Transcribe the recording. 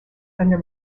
under